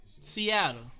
Seattle